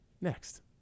next